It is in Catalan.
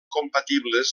compatibles